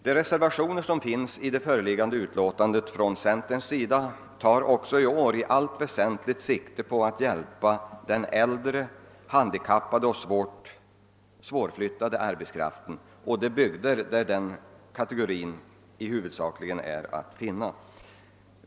De reservationer som fogats vid förevarande utlåtande från centerpartiledamöterna tar också i år i allt väsentligt sikte på att hjälpa den äldre, handikappade och svårflyttade arbetskraften liksom de bygder där denna kategori huvudsakligen är att finna.